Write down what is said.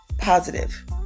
positive